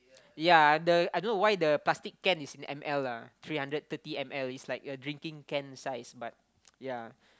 ya the I don't know why the plastic can is in m_l lah three hundred thirty m_l is like a drinking can size but ya